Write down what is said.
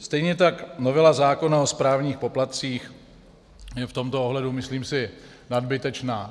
Stejně tak novela zákona o správních poplatcích je v tomto ohledu, myslím si, nadbytečná.